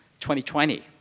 2020